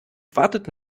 wartet